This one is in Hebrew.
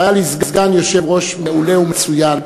והיה לי סגן יושב-ראש מעולה ומצוין,